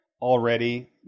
already